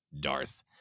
Darth